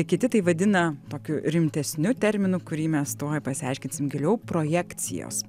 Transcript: kiti tai vadina tokiu rimtesniu terminu kurį mes tuoj pasiaiškinsim giliau projekcijos